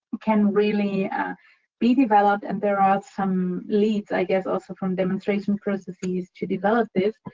can really be developed, and there are some leads, i guess, also from demonstration processes to develop this,